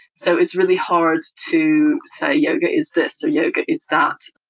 so it's really hard to say yoga is this or yoga is that.